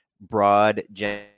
broad